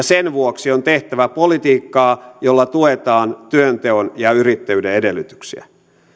sen vuoksi on tehtävä politiikkaa jolla tuetaan työnteon ja yrittäjyyden edellytyksiä